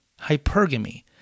hypergamy